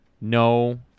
No